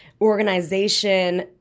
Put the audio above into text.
organization